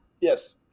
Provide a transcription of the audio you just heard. Yes